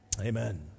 Amen